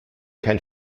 kein